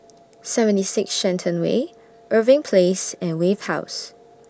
seventy six Shenton Way Irving Place and Wave House